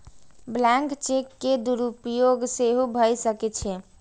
blank cheque के दुरुपयोग सेहो भए सकै छै